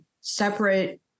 separate